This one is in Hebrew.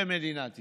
במדינת ישראל.